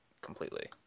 completely